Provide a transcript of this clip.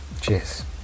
Cheers